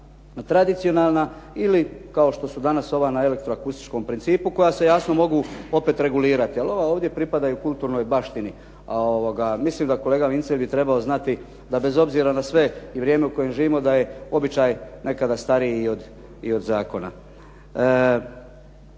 ona tradicionalna ili kao što su ova danas na elektro-akustičkom principu koja se jasno mogu opet regulirati, ali ova ovdje pripadaju kulturnoj baštini. Mislim da kolega Vincelj bi trebao znati da bez obzira na sve i vrijeme u kojem živimo da je običaj nekada stariji i od zakona.